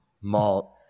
malt